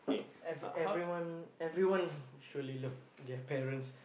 ever~ everyone everyone surely love their parents